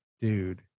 dude